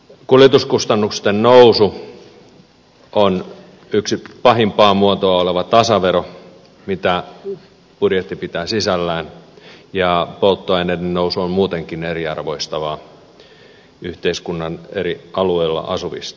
kuljetuskustannusten nousu on yksi pahinta muotoa oleva tasavero mitä budjetti pitää sisällään ja polttoaineiden hinnannousu on muutenkin eriarvoistavaa yhteiskunnan eri alueilla asuvien kohdalla